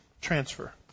transfer